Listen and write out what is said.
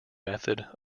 method